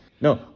No